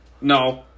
No